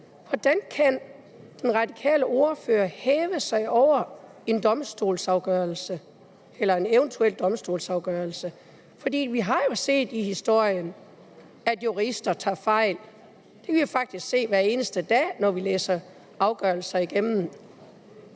Hvordan kan den radikale ordfører hæve sig op over en domstolsafgørelse eller en eventuel domstolsafgørelse? For vi har jo set i historien, at jurister tager fejl. Det kan vi faktisk se hver eneste dag, når vi læser afgørelser igennem.